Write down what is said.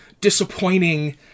disappointing